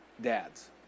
dads